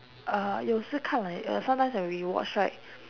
uh 有时看 ah you sometimes when rewatch right